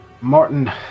Martin